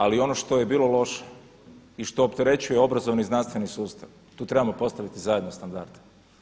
Ali ono što je bilo loše i što opterećuje obrazovni znanstveni sustav tu trebamo postaviti zajedno standarde.